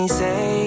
say